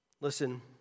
Listen